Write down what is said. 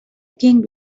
king